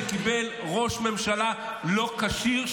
שקיבל ראש ממשלה לא כשיר,